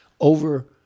over